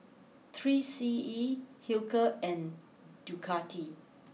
three C E Hilker and Ducati